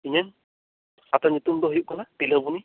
ᱤᱧᱟᱹᱜ ᱟᱛᱳ ᱧᱩᱛᱩᱢ ᱫᱚ ᱦᱳᱭᱳᱜ ᱠᱟᱱᱟ ᱛᱤᱞᱟᱹᱵᱚᱱᱤ